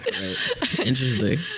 Interesting